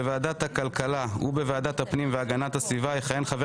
בוועדת הכלכלה ובוועדת הפנים והגנת הסביבה יכהן חבר